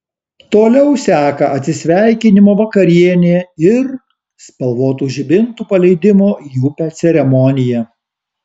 toliau seka atsisveikinimo vakarienė ir spalvotų žibintų paleidimo į upę ceremonija